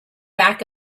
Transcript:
back